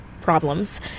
problems